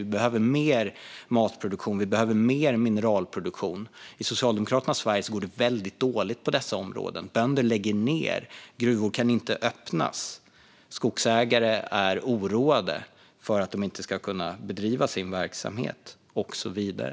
Vi behöver mer matproduktion, och vi behöver mer mineralproduktion, men i Socialdemokraternas Sverige går det väldigt dåligt på dessa områden - bönder lägger ned, gruvor kan inte öppnas, skogsägare är oroliga att de inte ska kunna bedriva sin verksamhet och så vidare.